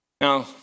Now